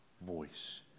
voice